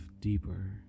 deeper